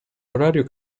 orario